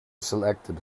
selected